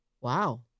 Wow